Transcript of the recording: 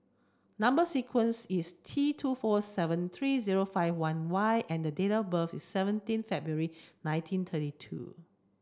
number sequence is T two four seven three zero five one Y and date of birth is seventeen February nineteen thirty two